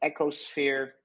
ecosphere